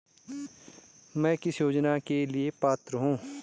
मैं किस योजना के लिए पात्र हूँ?